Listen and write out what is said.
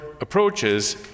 approaches